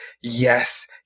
yes